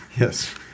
Yes